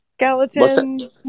skeleton